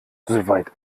soweit